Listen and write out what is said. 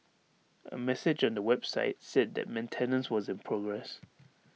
A message on the website said that maintenance was in progress